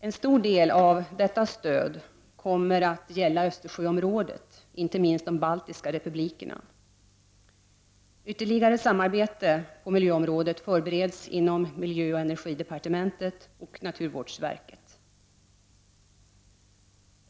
En stor del av detta stöd kommer att gälla Östersjöområdet, inte minst de baltiska republikerna. Ytterligare samarbete på miljöområdet förbereds inom miljöoch energidepartementet och naturvårdsverket.